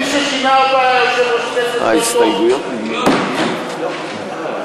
מי ששינה אותו היה יושב-ראש הכנסת,